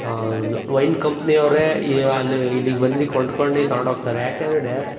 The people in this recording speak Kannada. ವೈನ್ ಕಂಪ್ನಿಯವರೇ ಅಲ್ಲಿ ಇಲ್ಲಿಗೆ ಬಂದು ಕೊಂಡ್ಕೊಂಡು ತೊಗೊಂಡೋಗ್ತಾರೆ ಯಾಕೆಂದರೆ